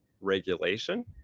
regulation